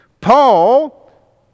Paul